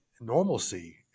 normalcy